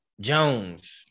Jones